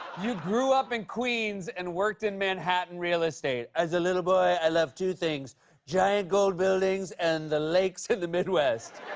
you grew up in queens and worked in manhattan real estate. as a little boy, i loved two things giant gold buildings and the lakes in the midwest.